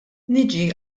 niġi